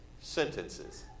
sentences